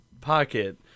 Pocket